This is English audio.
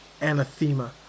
anathema